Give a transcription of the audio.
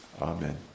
Amen